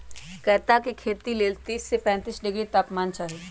कैता के खेती लेल तीस से पैतिस डिग्री तापमान चाहि